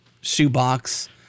shoebox